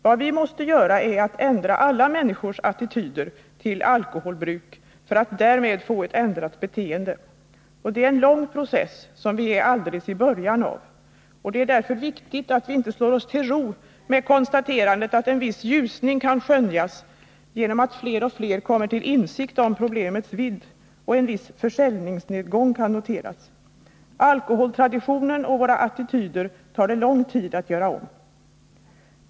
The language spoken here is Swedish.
Vad vi måste göra är att ändra alla människors attityder till alkoholbruk för att därmed få till stånd ett ändrat beteende. Det är en lång process, som vi är alldeles i början av. Det är därför viktigt att vi inte slår oss till ro med konstaterandet att en ljusning kan skönjas genom att fler och fler kommer till insikt om problemets vidd och att en viss försäljningsnedgång kan noteras. Alkoholtraditionen och våra attityder tar det lång tid att göra om.